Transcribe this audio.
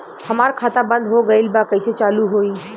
हमार खाता बंद हो गईल बा कैसे चालू होई?